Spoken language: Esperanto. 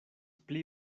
pli